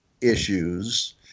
issues